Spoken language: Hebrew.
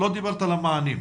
לא דיברת על המענים,